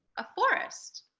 a forest,